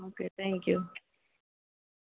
okay thank you